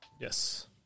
Yes